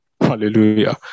Hallelujah